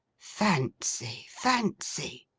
fancy, fancy!